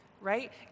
right